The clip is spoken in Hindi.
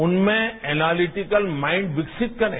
उनमें एलालिटीकल माइंड विकासित करें